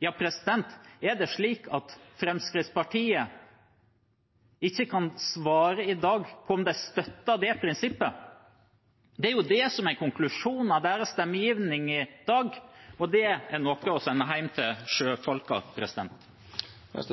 Er det slik at Fremskrittspartiet i dag ikke kan svare på om de støtter det prinsippet? Det er jo det som er konklusjonen av deres stemmegivning i dag, og det er noe å sende hjem til sjøfolkene. Det